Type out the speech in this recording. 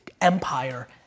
empire